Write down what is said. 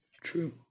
true